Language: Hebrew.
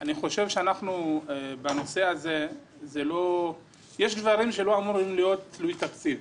אני חושב שיש דברים שלא אמורים להיות תלויי תקציב,